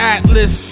Atlas